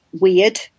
weird